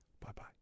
bye-bye